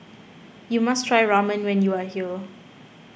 you must try Ramen when you are here